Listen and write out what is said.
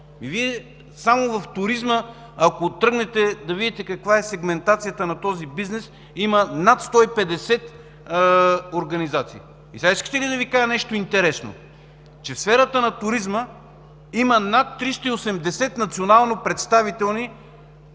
Само в туризма, ако тръгнете и видите каква е сегментацията на бизнеса, има над 150 организации. Искате ли да Ви кажа нещо интересно? В сферата на туризма има над 380 национално представителни